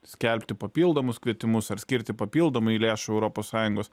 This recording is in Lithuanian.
skelbti papildomus kvietimus ar skirti papildomai lėšų europos sąjungos